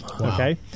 okay